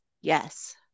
yes